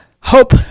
Hope